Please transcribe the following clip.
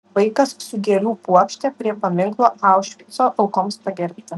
vaikas su gėlių puokšte prie paminklo aušvico aukoms pagerbti